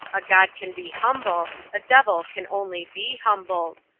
a god can be humble, a devil can only be humbled.